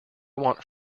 want